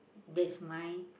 base mine